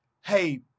hey